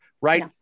right